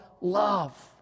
love